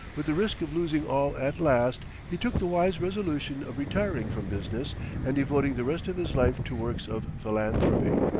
with the risk of losing all at last, he took the wise resolution of retiring from business and devoting the rest of his life to works of philanthropy.